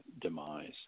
demise